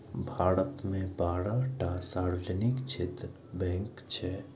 भारत मे बारह टा सार्वजनिक क्षेत्रक बैंक छै